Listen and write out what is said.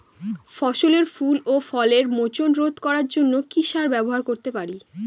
ফসলের ফুল ও ফলের মোচন রোধ করার জন্য কি সার ব্যবহার করতে পারি?